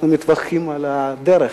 אנחנו מברכים על הדרך,